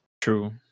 True